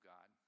God